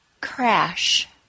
Crash